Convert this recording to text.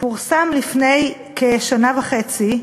הוא פורסם לפני כשנה וחצי,